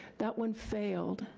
that one failed,